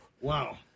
Wow